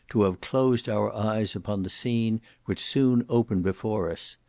to have closed our eyes upon the scene which soon opened before us.